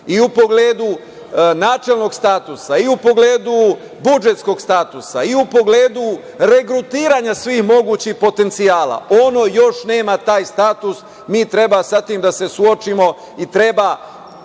i u pogledu načelnog statusa i u pogledu budžetskog statusa i u pogledu regrutiranja svih mogućih potencijala. Ono još nema taj status. Mi treba sa tim da suočimo i treba